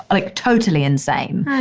like totally insane.